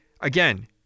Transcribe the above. again